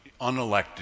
unelected